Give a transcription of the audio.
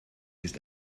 ist